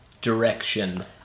Direction